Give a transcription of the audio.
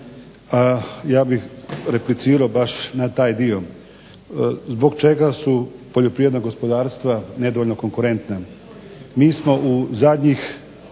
Ja bih replicirao baš na taj dio. Zbog čega su poljoprivredna gospodarstva nedovoljno konkurenta? Mi smo u zadnjih